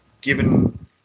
given